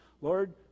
Lord